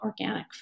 organic